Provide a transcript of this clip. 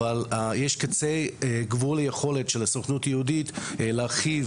אבל יש קצה גבול יכולת של הסוכנות היהודית להרחיב